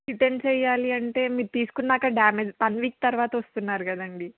return చెయ్యాలింటే మీరు తీసుకున్న అక్కడ డ్యామేజ్ వన్ వీక్ తర్వాత వస్తున్నారు కదండి